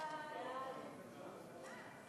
סעיפים 1 2 נתקבלו.